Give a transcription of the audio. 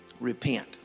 repent